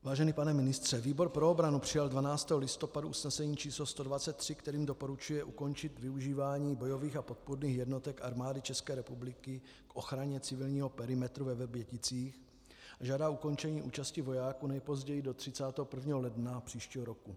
Vážený pane ministře, výbor pro obranu přijal 12. listopadu usnesení číslo 123, kterým doporučuje ukončit využívání bojových a podpůrných jednotek Armády České republiky k ochraně civilního perimetru ve Vrběticích a žádá ukončení účasti vojáků nejpozději do 31. ledna příštího roku.